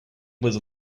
was